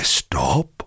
stop